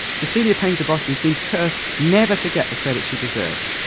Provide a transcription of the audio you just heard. cecilia payne-gaposchkin seems cursed never to get the credit she deserves,